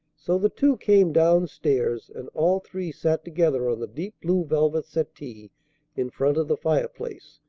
so the two came down-stairs, and all three sat together on the deep-blue velvet settee in front of the fireplace,